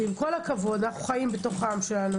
עם כל הכבוד אנו חיים בתוך עמנו.